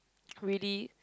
really